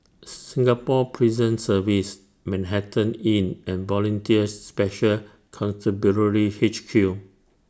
Singapore Prison Service Manhattan Inn and Volunteer Special Constabulary H Q